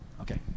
Okay